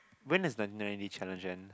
when does the ninety challenge end